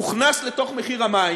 הוכנס לתוך מחיר המים,